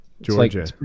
Georgia